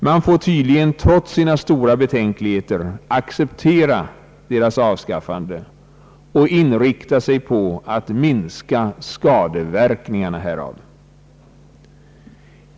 Man får tydligen trots stora betänkligheter acceptera deras avskaffande och inrikta sig på att minska skadeverkningarna härav.